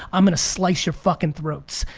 i'm gonna slice your fuckin' throats.